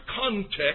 context